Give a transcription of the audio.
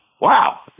wow